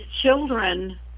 children